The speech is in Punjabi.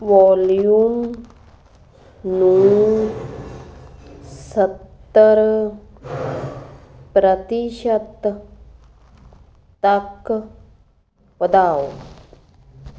ਵੌਲਯੂਮ ਨੂੰ ਸੱਤਰ ਪ੍ਰਤੀਸ਼ਤ ਤੱਕ ਵਧਾਓ